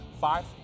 five